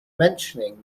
mentioning